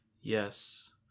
Yes